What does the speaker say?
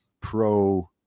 pro